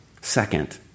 Second